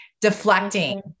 deflecting